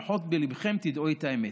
לפחות בליבכם תדעו את האמת.